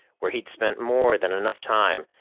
where he'd spent more than enough time,